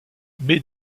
mais